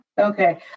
Okay